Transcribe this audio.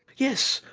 yes,